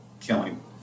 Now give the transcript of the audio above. killing